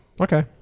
Okay